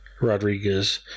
Rodriguez